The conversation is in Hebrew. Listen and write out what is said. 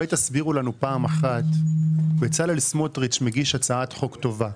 תסבירו לנו פעם אחת בצלאל סמוטריץ' מגיש הצעת חוק טובה,